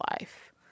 life